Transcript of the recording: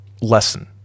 lesson